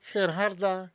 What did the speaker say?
Gerharda